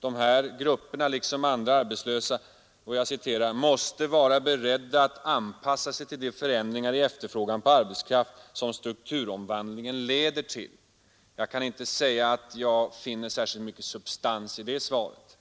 de här grupperna liksom andra arbetslösa ”måste vara beredda att anpassa sig till de förändringar i efterfrågan på arbetskraft som strukturomvandlingen leder till”. Jag kan inte säga att jag finner särskilt mycket substans i det svaret.